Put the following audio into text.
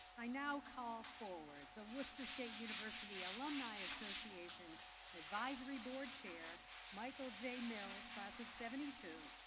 i now call forward the worcester state university alumni association advisory board chair michael j mills, class of seventy two,